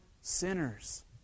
sinners